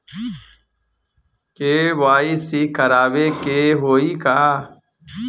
KYC करावे के होई का?